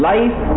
Life